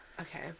Okay